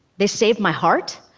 they saved my heart,